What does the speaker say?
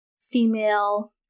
female